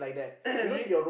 you